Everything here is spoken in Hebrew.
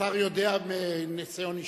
השר יודע מניסיון אישי.